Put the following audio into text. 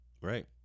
Right